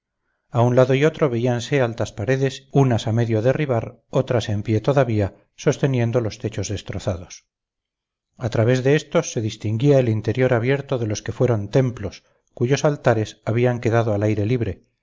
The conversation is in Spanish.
a un lado y otro veíanse altas paredes unas a medio derribar otras en pie todavía sosteniendo los techos destrozados al través de estos se distinguía el interior abierto de los que fueron templos cuyos altares habían quedado al aire libre